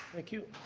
thank you.